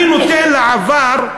אני נותן לעבר,